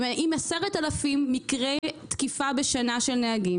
אם היו 10,000 מקרי תקיפה בשנה של נהגים